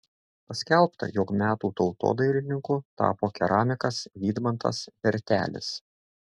paskelbta jog metų tautodailininku tapo keramikas vydmantas vertelis